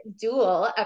dual